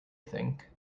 think